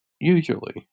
usually